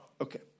Okay